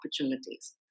opportunities